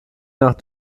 nach